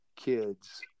kids